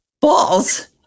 balls